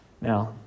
Now